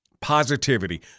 positivity